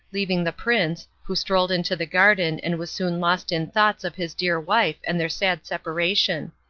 leaving the prince, who strolled into the garden and was soon lost in thoughts of his dear wife and their sad separation.